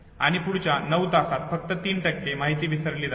आणि पुढच्या 9 तासात फक्त 3 माहिती विसरली जाते